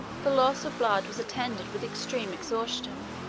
the loss of blood was attended with extreme exhaustion